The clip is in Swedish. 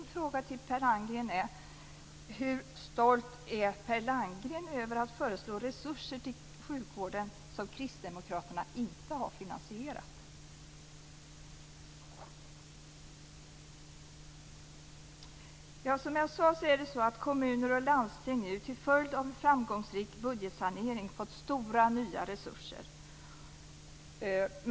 Min fråga till Per Landgren är: Hur stolt är Per Landgren över att föreslå resurser till sjukvården som Kristdemokraterna inte har finansierat? Som jag sade är det så att kommuner och landsting nu till följd av en framgångsrik budgetsanering fått stora nya resurser.